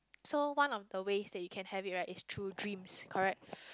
so one of the ways that you can have it right is through dreams correct